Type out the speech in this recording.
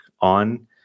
on